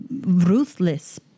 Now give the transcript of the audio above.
ruthless